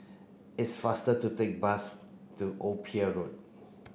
it's faster to take bus to Old Pier Road